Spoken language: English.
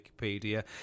Wikipedia